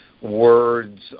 words